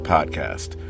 Podcast